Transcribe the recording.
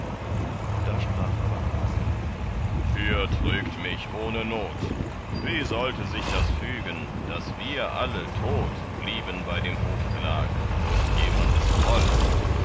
da sprach aber hagen ihr trügt mich ohne not wie sollte das sich fügen daß wir alle tot blieben bei dem hofgelag durch jemandes groll